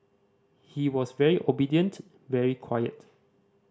he was very obedient very quiet